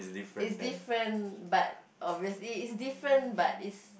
it's different but obviously it's different but it's